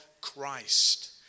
Christ